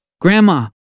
Grandma